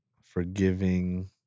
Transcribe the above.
Forgiving